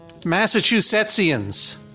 Massachusettsians